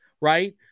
right